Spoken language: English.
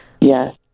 Yes